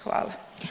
Hvala.